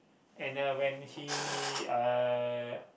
and uh when he uh